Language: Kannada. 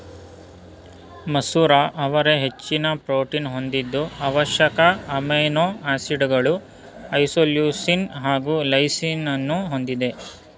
ಮಸೂರ ಅವರೆ ಹೆಚ್ಚಿನ ಪ್ರೋಟೀನ್ ಹೊಂದಿದ್ದು ಅವಶ್ಯಕ ಅಮೈನೋ ಆಸಿಡ್ಗಳು ಐಸೋಲ್ಯೂಸಿನ್ ಹಾಗು ಲೈಸಿನನ್ನೂ ಹೊಂದಿದೆ